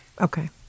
Okay